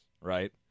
right